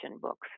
books